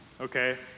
okay